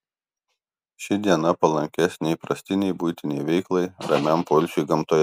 ši diena palankesnė įprastinei buitinei veiklai ramiam poilsiui gamtoje